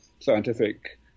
scientific